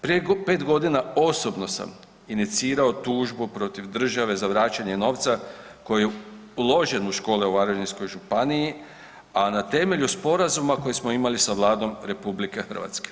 Preko 5.g. osobno sam inicirao tužbu protiv države za vraćanje novca koji je uložen u škole u Varaždinskoj županiji, a na temelju sporazuma koji smo imali sa Vladom RH.